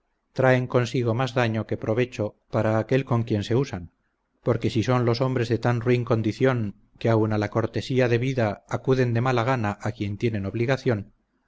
traen consigo más daño que provecho para aquel con quien se usan porque si son los hombres de tan ruin condición que aun a la cortesía debida acuden de mala gana a quien tienen obligación